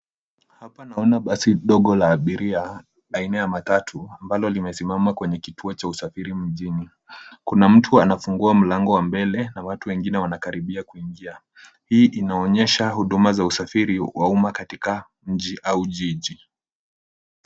Hapa naona basi dogo la abiria, aina ya matatu ambalo limesimama kwenye kituo cha usafiri mjini. Kuna mtu anafungua mlango wa mbele, na watu wengine wanakaribia kuingia. Hii inaonyesha huduma za usafiri wa umma katika mji au jiji.